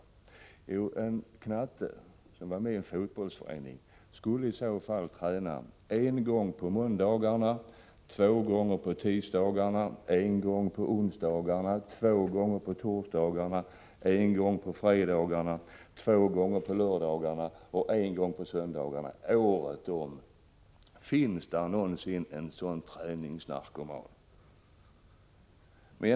Jo, exempelvis en knatte i en fotbollsförening skulle behöva träna en gång på måndagarna, två gånger på tisdagarna, en gång på onsdagarna, två gånger på torsdagarna, en gång på fredagarna, två gånger på lördagarna och en gång på söndagarna året om. Finns det någon sådan träningsnarkoman?